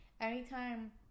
anytime